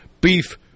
beef